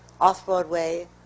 off-Broadway